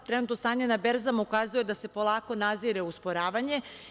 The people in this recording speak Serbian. Trenutno stanje na berzama ukazuje da se polako nazire usporavanje.